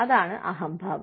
അതാണ് അഹംഭാവം